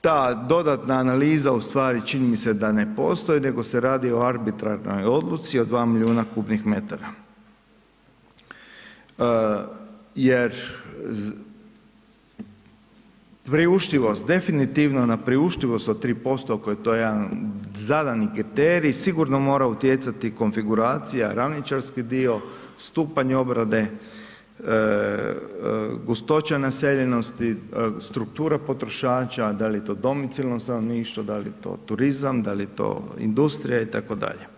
ta dodatna analiza u stvari čini mi se da ne postoji, nego se radi o arbitražnoj odluci od dva milijuna kubnih metara, jer priuštivost, definitivno na priuštivost od 3% koji je to jedan zadani kriterij, sigurno mora utjecati konfiguracija, ravničarski dio, stupanj obrade, gustoća naseljenosti, struktura potrošača, dal' je to domicilno stanovništvo, dal' je to turizam, dal' je to industrija i tako dalje.